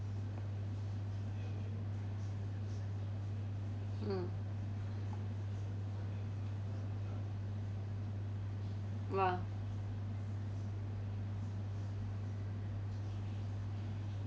mm !wah!